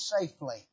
safely